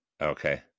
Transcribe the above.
Okay